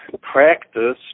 practice